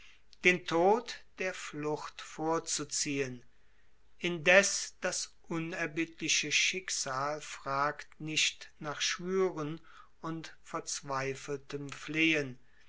den tod der flucht vorzuziehen indes das unerbittliche schicksal fragt nicht nach schwueren und verzweifeltem flehen